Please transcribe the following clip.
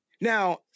Now